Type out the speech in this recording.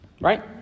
right